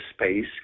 space